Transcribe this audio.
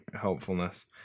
helpfulness